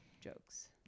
jokes